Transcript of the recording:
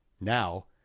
Now